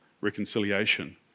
reconciliation